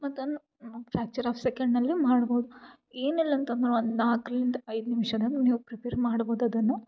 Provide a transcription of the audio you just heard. ಮತ್ತು ಅದ್ ನಮ್ಮ ಫ್ಯಾಕ್ಚೆರ್ ಆಫ್ ಸೆಕೆಂಡ್ನಲ್ಲಿ ಮಾಡ್ಬಹುದು ಏನಿಲ್ಲಾಂತಂದ್ರು ಒಂದು ನಾಲ್ಕರಿಂದ ಐದು ನಿಮಿಷ ಅದನ್ನು ನೀವು ಪ್ರಿಪೇರ್ ಮಾಡ್ಬಹುದು ಅದನ್ನು